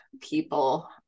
people